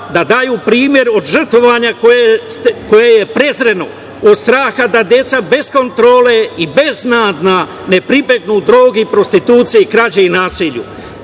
da daju primer, od žrtvovanja koje je prezreno, od straha da deca bez kontrole ne pribegnu drogi, prostituciji, krađi i nasilju.